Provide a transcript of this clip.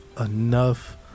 enough